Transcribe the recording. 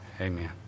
amen